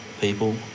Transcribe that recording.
people